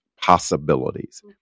possibilities